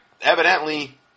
evidently